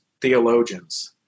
theologians